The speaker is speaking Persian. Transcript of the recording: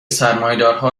سرمایهدارها